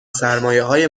سرمایههای